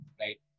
right